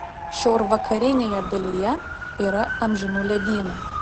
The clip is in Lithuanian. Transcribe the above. šiaurvakarinėje dalyje yra amžinų ledynų